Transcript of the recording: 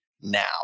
now